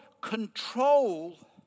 control